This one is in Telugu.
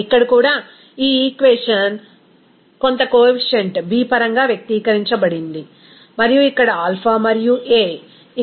ఇక్కడ కూడా ఈ ఈక్వేషన్ కొంత కోఎఫిసిఎంట్ b పరంగా వ్యక్తీకరించబడింది మరియు ఇక్కడ ఆల్ఫా మరియు a